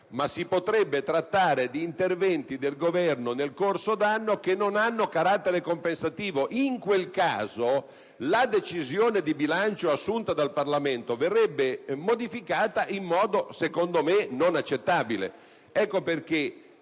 Si potrebbe però trattare di interventi del Governo nel corso d'anno che non abbiano carattere compensativo. In quel caso, la decisione di bilancio assunta dal Parlamento verrebbe modificata in modo, secondo me, inaccettabile. Se